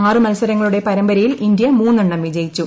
ആറ് മൽസരങ്ങ്ളൂടെ ് പരമ്പരയിൽ ഇന്ത്യ മൂന്നെണ്ണം വിജയിച്ചു